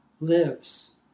lives